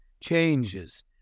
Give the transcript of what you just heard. changes